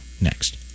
Next